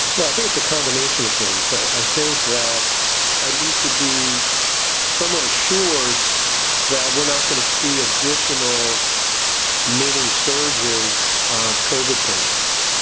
well, i think it's a combination of things. i think that i need to be somewhat assured that we're not going to see additional many surges of covid patients.